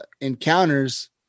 encounters